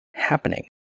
happening